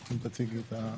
אם תציגי את הנושא.